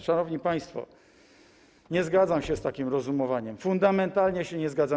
Szanowni państwo, nie zgadzam się z takim rozumowaniem, fundamentalnie się nie zgadzam.